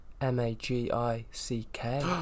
M-A-G-I-C-K